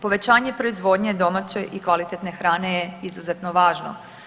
Povećanje proizvodnje domaće i kvalitetne hrane je izuzetno važno.